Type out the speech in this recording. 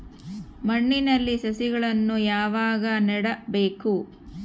ಮಣ್ಣಿನಲ್ಲಿ ಸಸಿಗಳನ್ನು ಯಾವಾಗ ನೆಡಬೇಕು?